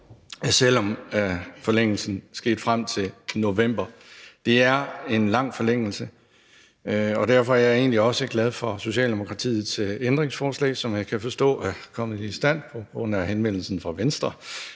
selv om forlængelsen sker frem til november. Det er en lang forlængelse, og derfor er jeg egentlig også glad for Socialdemokratiets ændringsforslag, som jeg kan forstå er kommet i stand på grund af henvendelsen fra Venstre.